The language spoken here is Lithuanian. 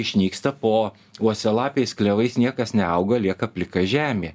išnyksta po uosialapiais klevais niekas neauga lieka plika žemė